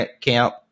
camp